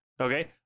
Okay